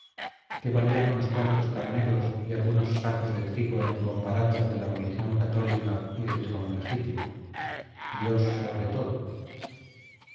qué valían unos cuantos carneros y algunos sacos de trigo en comparanza de la religión católica y del trono legítimo dios sobre todo